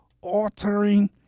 altering